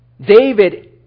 David